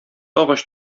агач